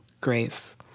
Grace